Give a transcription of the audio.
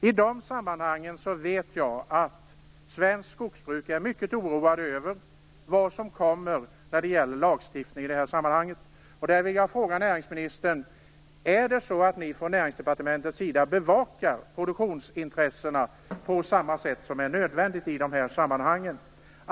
I de sammanhangen är man inom svenskt skogsbruk mycket oroad över vad som kommer på lagstiftningsområdet. Jag vill ställa följande frågor till näringsministern: Är det så att ni från Näringsdepartementets sida bevakar produktionsintressena på det sätt som är nödvändigt i de här sammanhangen?